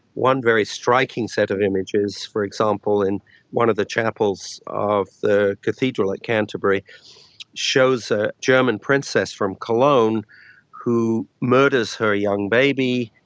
one very striking set of images, for example, in one of the chapels of the cathedral at canterbury shows a german princess from cologne who murders her young baby,